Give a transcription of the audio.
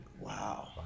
Wow